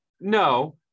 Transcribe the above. No